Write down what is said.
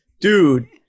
dude